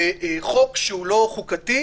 חוק שהוא לא חוקתי,